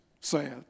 sad